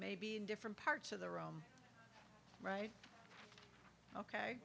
maybe in different parts of the room right ok